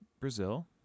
Brazil